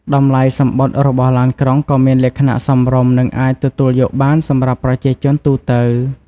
តម្លៃសំបុត្ររបស់ឡានក្រុងក៏មានលក្ខណៈសមរម្យនិងអាចទទួលយកបានសម្រាប់ប្រជាជនទូទៅ។